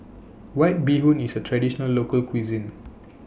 White Bee Hoon IS A Traditional Local Cuisine